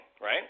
right